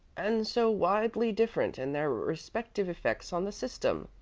and so widely different in their respective effects on the system,